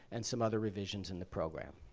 and some other revisions in the program.